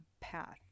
path